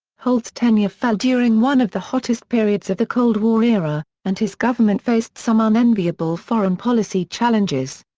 holt's tenure fell during one of the hottest periods of the cold war era, and his government faced some unenviable foreign policy challenges.